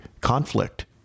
conflict